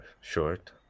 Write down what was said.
short